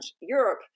Europe